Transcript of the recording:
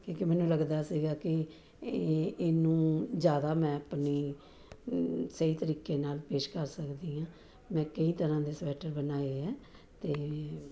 ਕਿਉਂਕਿ ਮੈਨੂੰ ਲੱਗਦਾ ਸੀਗਾ ਕਿ ਇਹ ਇਹਨੂੰ ਜ਼ਿਆਦਾ ਮੈਂ ਆਪਣੇ ਸਹੀ ਤਰੀਕੇ ਨਾਲ ਪੇਸ਼ ਕਰ ਸਕਦੀ ਹਾਂ ਮੈਂ ਕਈ ਤਰ੍ਹਾਂ ਦੇ ਸਵੈਟਰ ਬਣਾਏ ਆ ਅਤੇ